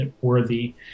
worthy